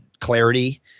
clarity